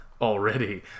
already